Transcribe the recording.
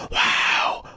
wow,